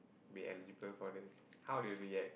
be eligible for this how they react